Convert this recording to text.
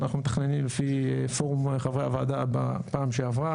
אנחנו מתכננים לפי פורום חברי הוועדה בפעם שעברה.